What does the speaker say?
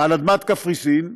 על אדמת קפריסין,